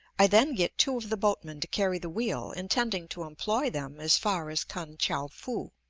i then get two of the boatmen to carry the wheel, intending to employ them as far as kan-tchou-foo.